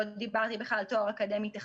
לא דיברתי בכלל על תואר אקדמי-טכנולוגי.